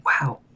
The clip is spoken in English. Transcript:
wow